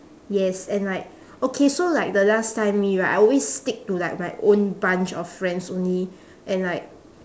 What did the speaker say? yes and like okay so like the last time me right I always stick to like my own bunch of friends only and like